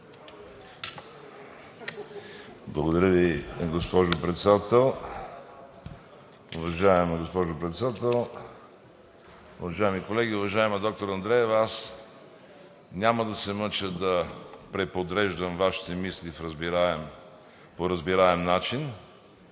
Благодаря Ви, госпожо Председател. Уважаема госпожо Председател, уважаеми колеги! Уважаема доктор Андреева, аз няма да се мъча да преподреждам Вашите мисли по разбираем начин.